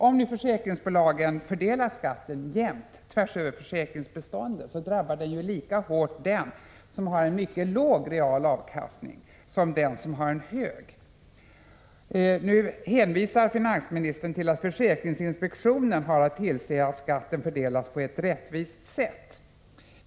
Om försäkringsbolagen fördelar skatten jämnt, tvärs över försäkringsbeståndet, drabbar ju skatten lika hårt den som har en mycket låg real avkastning som den som har en hög sådan. Finansministern hänvisar nu till att försäkringsinspektionen har att tillse att skatten fördelas på ett rättvist sätt.